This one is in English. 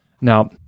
Now